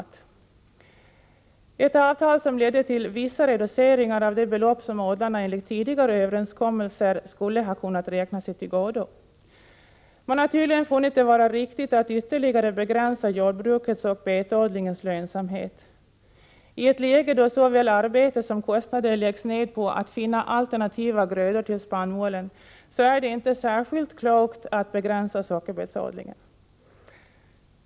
Det är ett avtal som ledde till vissa reduceringar av de belopp som odlarna enligt tidigare överenskommelser skulle ha kunnat räkna sig till godo. Man har tydligen funnit det vara riktigt att ytterligare begränsa jordbrukets och betodlingens lönsamhet. I ett läge då såväl arbete som kostnader läggs ned på att finna alternativa grödor till spannmålen är det inte särskilt klokt att begränsa sockerbetsodlingen.